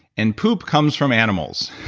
and poop comes from animals.